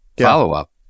follow-up